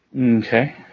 Okay